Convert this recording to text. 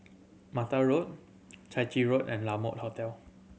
Mata Road Chai Chee Road and La Mode Hotel